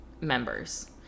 members